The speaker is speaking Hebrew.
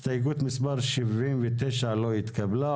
הסתייגות מספר 73 לא התקבלה,